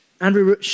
Andrew